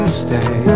stay